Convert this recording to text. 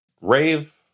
rave